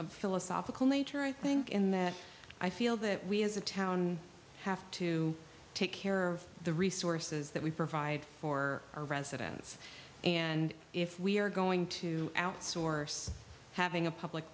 a philosophical nature i think in that i feel that we as a town have to take care of the resources that we provide for our residents and if we are going to outsource having a public